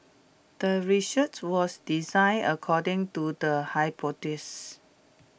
the research was designed according to the hypothesis